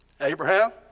Abraham